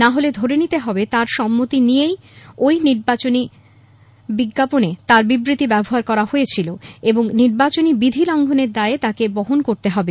নাহলে ধরে নিতে হবে তার সম্মতি নিয়েই ঐ নির্বাচনী বিজ্ঞাপনে তার বিবৃতি ব্যবহার করা হয়েছিল এবং নির্বাচনী বিধি লঙ্ঘনের দায়ে তাকে বহন করতে হবে